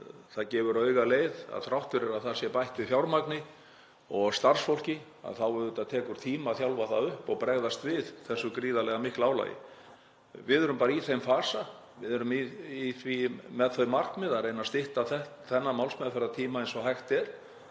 það gefur augaleið að þrátt fyrir að það sé bætt við fjármagni og starfsfólki þá auðvitað tekur tíma að þjálfa það upp og bregðast við þessu gríðarlega mikla álagi. Við erum bara í þeim fasa. Við erum í því með þau markmið að reyna að stytta þennan málsmeðferðartíma eins og hægt er